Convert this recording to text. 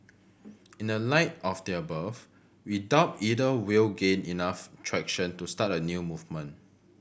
in the light of the above we doubt either will gain enough traction to start a new movement